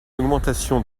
augmentation